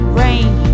rain